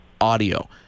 audio